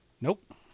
Nope